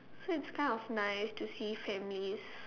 so it's kind of nice to see families